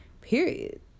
Period